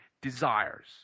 desires